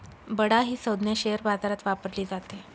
बडा ही संज्ञा शेअर बाजारात वापरली जाते